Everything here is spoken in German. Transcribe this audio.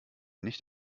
nicht